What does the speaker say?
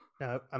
No